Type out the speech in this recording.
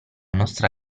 nostra